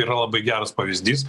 yra labai geras pavyzdys